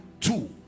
Two